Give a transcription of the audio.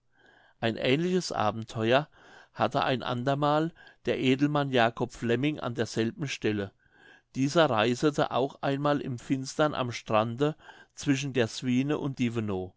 ein ähnliches abenteuer hatte ein andermal der edelmann jacob flemming an derselben stelle dieser reisete auch einmal im finstern am strande zwischen der swine und dievenow